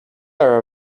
are